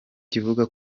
kivuga